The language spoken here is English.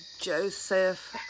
Joseph